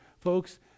Folks